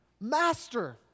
Master